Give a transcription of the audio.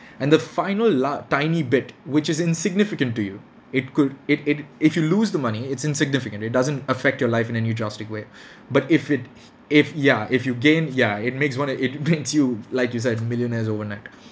and the final la~ tiny bit which is insignificant to you it could it it if you lose the money it's insignificant it doesn't affect your life in any drastic way but if it if ya if you gain ya it makes one a it makes you like you said millionaires overnight